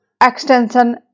extension